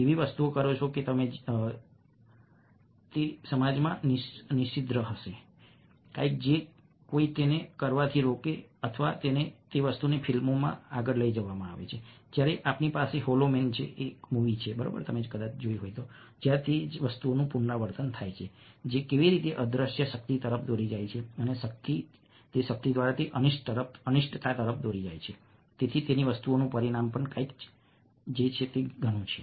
એવી વસ્તુઓ કરો જે તમે જુઓ છો કે સમાજમાં નિષિદ્ધ હશે કંઈક જે કોઈ તેને કરવાથી રોકે અને તે જ વસ્તુને ફિલ્મોમાં આગળ લઈ જવામાં આવે છે જ્યારે આપણી પાસે હોલો મેન છે જ્યાં તે જ વસ્તુનું પુનરાવર્તન થાય છે કેવી રીતે અદૃશ્યતા શક્તિ તરફ દોરી જાય છે અને શક્તિ અનિષ્ટ તરફ દોરી જાય છે તેથી વસ્તુઓનું પરિમાણ પણ કંઈક છે જે ત્યાં ઘણું છે